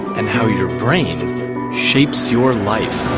and how your brain shapes your life.